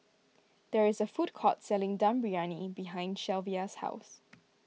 there is a food court selling Dum Briyani behind Shelvia's house